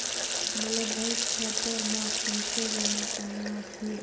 मोला बैंक खाता मां पइसा जमा करना हे?